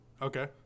Okay